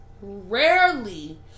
rarely